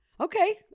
Okay